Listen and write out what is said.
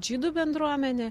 žydų bendruomenė